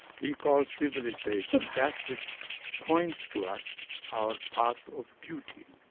he calls civilisation that which points to us our path of duty,